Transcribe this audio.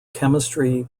chemistry